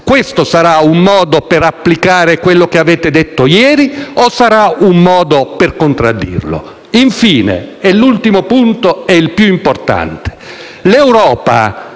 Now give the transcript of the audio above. questo sarà un modo per applicare ciò che avete detto ieri o sarà un modo per contraddirlo? Infine - l'ultimo e più importante punto